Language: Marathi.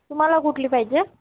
तुम्हाला कुठली पाहिजे